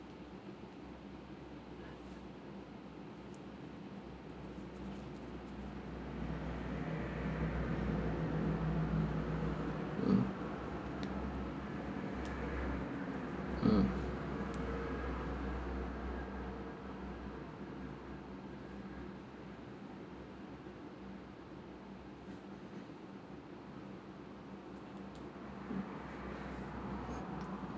mm mm